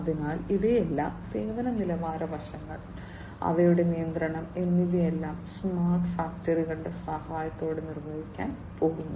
അതിനാൽ ഇവയെല്ലാം സേവന നിലവാര വശങ്ങൾ അവയുടെ നിയന്ത്രണം എന്നിവയെല്ലാം സ്മാർട്ട് ഫാക്ടറികളുടെ സഹായത്തോടെ നിർവഹിക്കാൻ പോകുന്നു